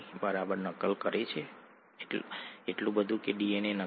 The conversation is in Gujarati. ઠીક છે ચાલો થોડું પાછળ જઈએ